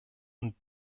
und